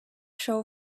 show